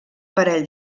parell